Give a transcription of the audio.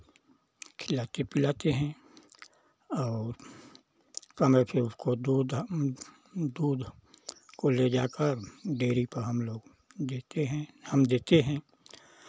खिलाते पिलाते हैं और समय पे उसको दूध दूध को ले जाकर डेयरी पर हमलोग देते हैं हम देते हैं